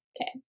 Okay